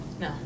no